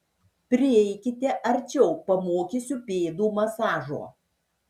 prieikite arčiau pamokysiu pėdų masažo